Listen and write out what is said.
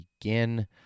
begin